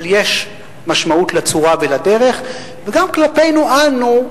אבל יש משמעות לצורה ולדרך, וגם כלפינו אנו,